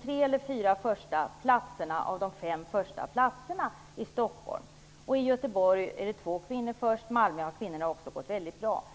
tre eller fyra första platserna av de fem första i Stockholm. I Göteborg är två kvinnor först, och även i Malmö går det väldigt bra för kvinnorna. Jag skulle även kunna nämna Dalarna, och det finns även mindre områden där det är på det här sättet. Men framför allt går storstadsområdena i spetsen.